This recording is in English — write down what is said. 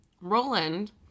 Roland